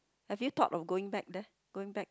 have you thought of going back there going back